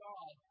God